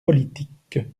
politiques